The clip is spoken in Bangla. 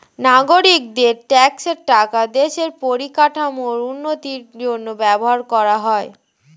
নাগরিকদের ট্যাক্সের টাকা দেশের পরিকাঠামোর উন্নতির জন্য ব্যবহার করা হয়